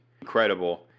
Incredible